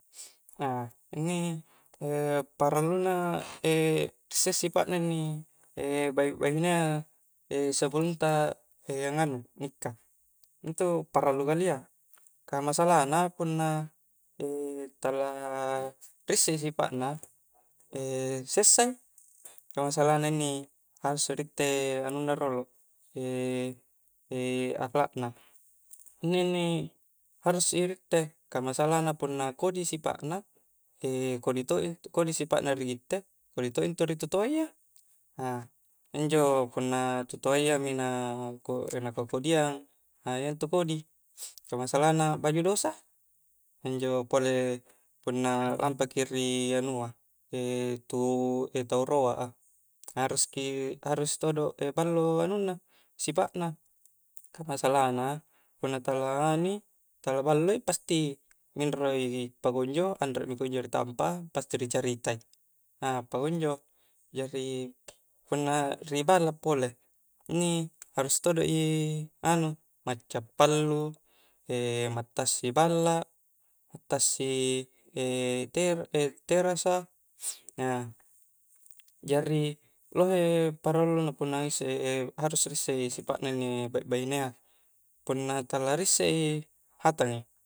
inni paralluna ri issek sipakna inni bahi-bahinea sebelumta angnganu nikka, intu parallu kalia ka masalahna punna tala-tala risseki sifatna sessai, ka masalah na inni harus i ri itte anunna rolo akhlak na, inninni harus riitte ka masalahna punna kodi sifatna kodi to i kodi sipakna ri gitte kodi todo intu ri tu toayya injo punna tu toayya ri kakodiang injo kodi, ka masalahna baju dosa, injo pole punna lampaki ri anua tu roak a harus ki harus todo ballo sifatna, ka masalahna punna tala nganui tala balloi, pasti minromi pakunjo, anrekmi kunjo ri tampak a, pasti ri caritai, a pakunjo, jari punna ri balla pole inni harus i macca, pallu, mattassi balla, macca mattassi teras, jari lohe paralluna harus risssek inni sifatna bahinea, punna tala rissek i hatang i,